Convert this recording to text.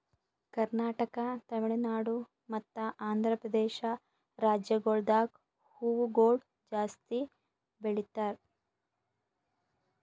ಕರ್ನಾಟಕ, ತಮಿಳುನಾಡು ಮತ್ತ ಆಂಧ್ರಪ್ರದೇಶ ರಾಜ್ಯಗೊಳ್ದಾಗ್ ಹೂವುಗೊಳ್ ಜಾಸ್ತಿ ಬೆಳೀತಾರ್